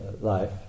life